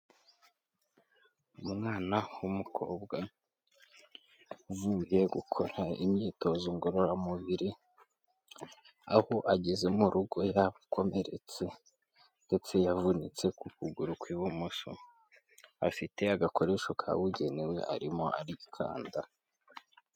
Umwana w'umukobwa, uvuye gukora imyitozo ngororamubiri, aho ageze mu rugo yakomeretse, ndetse yavunitse ku kuguru kw'ibumoso, afite agakoresho kabugenewe, arimo arikanda.